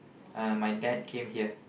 uh my dad came here